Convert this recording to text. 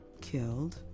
killed